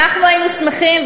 אנחנו היינו שמחים,